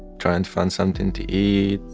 trying to find something to eat,